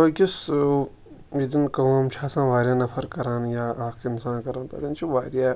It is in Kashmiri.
أکِس ییٚتٮ۪ن کٲم چھِ آسان واریاہ نفر کَران یا اَکھ اِنسان کَران تَتٮ۪ن چھُ واریاہ